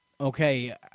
okay